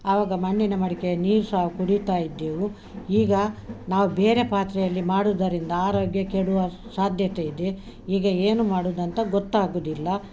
ಆವಗ ಮಣ್ಣಿನ ಮಡಿಕೆ ನೀರು ಸ ಕುಡಿತಾ ಇದ್ದೆವು ಈಗ ನಾವು ಬೇರೆ ಪಾತ್ರೆಯಲ್ಲಿ ಮಾಡುದರಿಂದ ಆರೋಗ್ಯ ಕೆಡುವ ಸಾಧ್ಯತೆ ಇದೆ ಈಗ ಏನು ಮಾಡುದಂತ ಗೊತ್ತಾಗುದಿಲ್ಲ